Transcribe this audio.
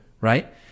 right